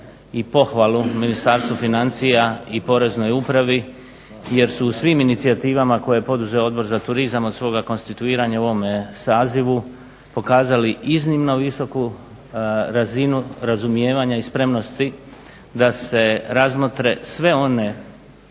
i pohvalu Ministarstvu financija i Poreznoj upravi jer su u svim inicijativama koje je poduzeo Odbor za turizam od svoga konstituiranja u ovome sazivu pokazali iznimno visoku razinu razumijevanja i spremnosti da se razmotre sve one